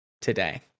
today